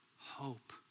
hope